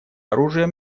оружием